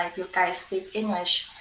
ah guys speak english.